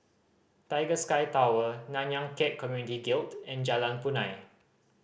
Tiger Sky Tower Nanyang Khek Community Guild and Jalan Punai